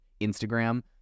Instagram